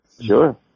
sure